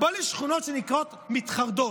בוא לשכונות שנקראות מתחרדות,